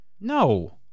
No